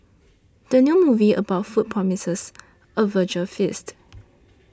the new movie about food promises a visual feast